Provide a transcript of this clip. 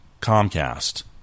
Comcast